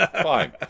fine